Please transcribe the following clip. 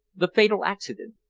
the fatal accident.